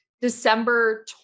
December